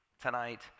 tonight